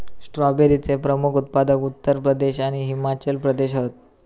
स्ट्रॉबेरीचे प्रमुख उत्पादक उत्तर प्रदेश आणि हिमाचल प्रदेश हत